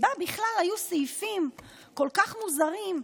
בה בכלל היו סעיפים כל כך מוזרים,